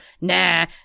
nah